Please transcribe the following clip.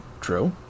true